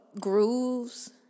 Grooves